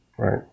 Right